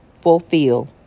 fulfill